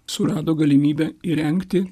surado galimybę įrengti